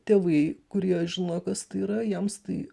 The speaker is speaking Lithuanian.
tėvai kurie žino kas tai yra jiems tai